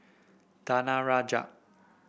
danaraj